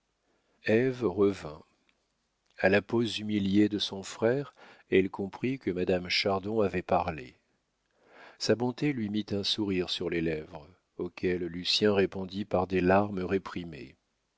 revint à la pose humiliée de son frère elle comprit que madame chardon avait parlé sa bonté lui mit un sourire sur les lèvres auquel lucien répondit par des larmes réprimées